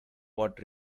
what